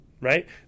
right